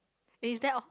is that all